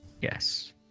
Yes